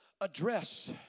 address